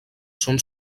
són